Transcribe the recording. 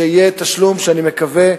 שיהיה תשלום שאני מקווה,